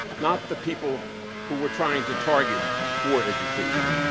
not the people who we're trying to target for education.